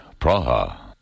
Praha